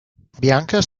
bianca